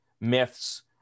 myths